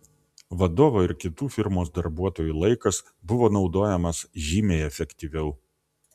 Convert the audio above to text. vadovo ir kitų firmos darbuotojų laikas buvo naudojamas žymiai efektyviau